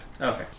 Okay